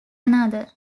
another